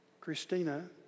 Christina